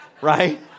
Right